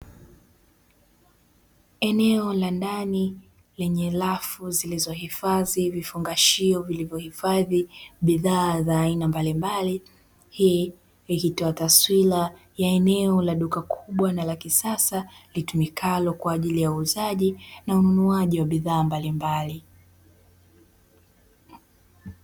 Eneo la ndani lenye rafu, zilizohifadhi vifungashio vilivyohifadhi bidhaa za aina mbalimbali, hii ikitoa taswira ya eneo la duka kubwa na la kisasa, litumikalo kwa ajili ya uuzaji na ununuaji wa bidhaa mbalimbali.